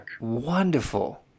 wonderful